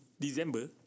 December